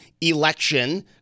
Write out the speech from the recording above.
election